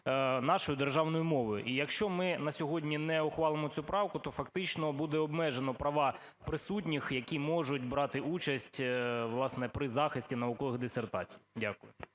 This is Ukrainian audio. нашою, державною мовою. І якщо ми на сьогодні не ухвалимо цю правку, то фактично буде обмежено права присутніх, які можуть брати участь, власне, при захисті наукових дисертацій. Дякую.